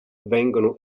vengono